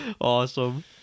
Awesome